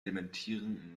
dementieren